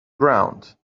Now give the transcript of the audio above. ground